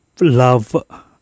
love